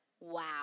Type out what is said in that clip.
wow